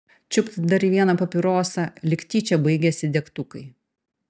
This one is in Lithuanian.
čiupt dar vieną papirosą lyg tyčia baigėsi degtukai